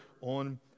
on